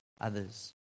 others